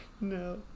No